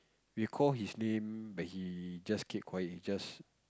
we call his name but he just keep quiet he just